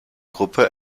gruppe